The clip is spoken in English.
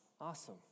Awesome